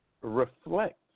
reflect